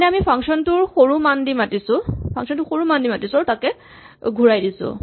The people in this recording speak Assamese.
মানে আমি ফাংচন টো সৰু মান দি মাতিছো আৰু তাক ঘূৰাই দিছো